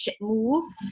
move